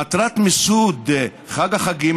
מטרת מיסוד חג החגים,